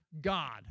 God